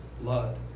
blood